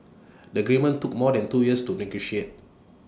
the agreement took more than two years to negotiate